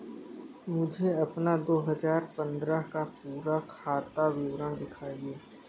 मुझे अपना दो हजार पन्द्रह का पूरा खाता विवरण दिखाएँ?